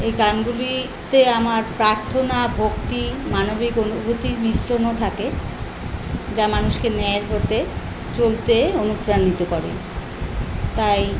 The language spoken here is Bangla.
এই গানগুলিতে আমার প্রার্থনা ভক্তি মানবিক অনুভূতির মিশ্রণও থাকে যা মানুষকে ন্যায়ের পথে চলতে অনুপ্রাণিত করে তাই